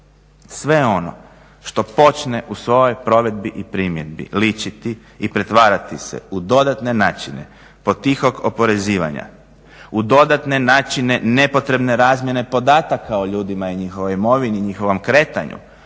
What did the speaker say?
sve ono što počne u svojoj provedbi i primjeni ličiti i pretvarati se u dodatne načine potihog oporezivanja, u dodatne načine nepotrebne razmjene podataka o ljudima i njihovoj imovini i njihovom kretanju